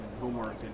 homework